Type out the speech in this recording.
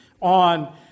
on